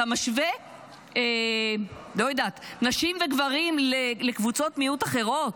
אתה משווה נשים וגברים לקבוצות מיעוט אחרות?